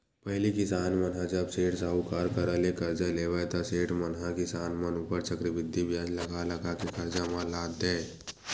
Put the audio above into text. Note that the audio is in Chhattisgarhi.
पहिली किसान मन ह जब सेठ, साहूकार करा ले करजा लेवय ता सेठ मन ह किसान मन ऊपर चक्रबृद्धि बियाज लगा लगा के करजा म लाद देय